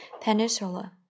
Peninsula